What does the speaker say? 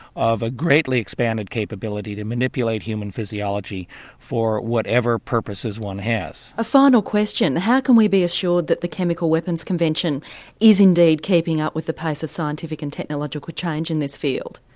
of a greatly expanded capability to manipulate human physiology for whatever purposes one has. a final question how can we be assured that the chemical weapons convention is indeed keeping up with the pace of scientific and technological change in this field,